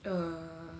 err